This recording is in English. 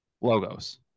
logos